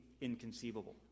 inconceivable